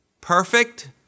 Perfect